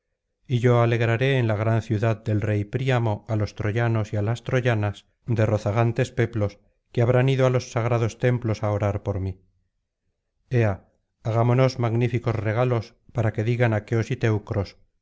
y yo alegraré en la gran ciudad del rey príamo á los tróvanos y á las troyanas de rozagantes peplos que habrán ido á los sagrados templos á orar por mí ea hagámonos magníficos regalos para que digan aqueos y teucros